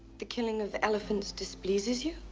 the killing of elephants displeases you?